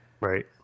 Right